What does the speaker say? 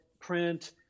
print